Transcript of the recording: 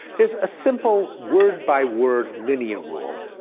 there's a simple word by word linear rule.